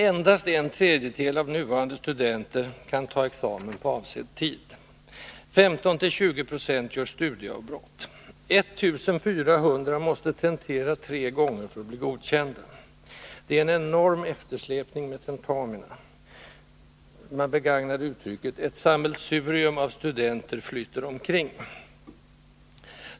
Endast en tredjedel av nuvarande studenter kan ta examen på avsedd tid. 15-20 20 gör studieavbrott. 1400 måste tentera tre gånger för att bli godkända. Det är en enorm eftersläpning med tentamina. Man begagnade uttrycket ”ett sammelsurium av studenter flyter omkring”.